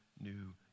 new